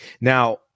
Now